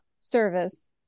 service